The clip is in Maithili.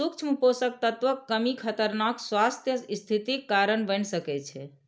सूक्ष्म पोषक तत्वक कमी खतरनाक स्वास्थ्य स्थितिक कारण बनि सकै छै